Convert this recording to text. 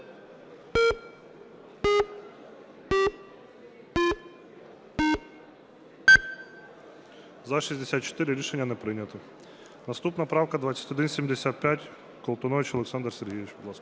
За-64 Рішення не прийнято. Наступна правка 2175. Колтунович Олександр Сергійович, будь ласка.